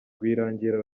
rwirangira